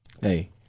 hey